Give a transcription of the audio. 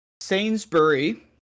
Sainsbury